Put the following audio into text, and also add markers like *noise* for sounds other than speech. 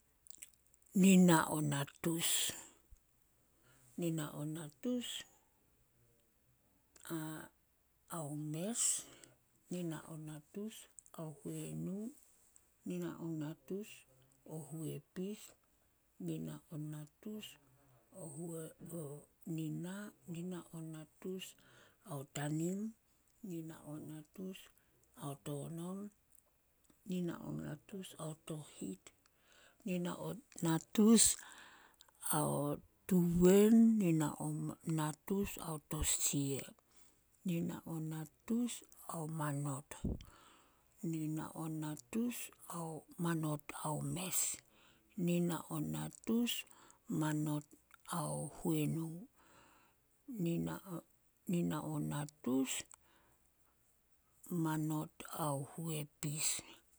﻿ Nina o natus, nina o natus *hesitation* ao mes, nina o natus ao huenu, nina o natus o huepis, nina o natus o *hesitation* nina, nina o natus ao tanim, nina o natus ao tonom, nina o natus ao tohit, nina o natus ao tuwen, nina o natus ao tosia, nina o natus ao manot, nina o natus ao manot ao mes, nina o natus manot ao huenu, nina- nina o natus manot ao huepis.